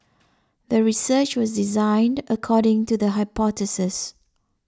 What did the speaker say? the research was designed according to the hypothesis